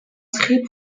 inscrit